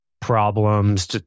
problems